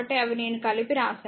కాబట్టి అవి నేను కలిపి రాసాను